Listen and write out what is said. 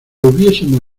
hubiésemos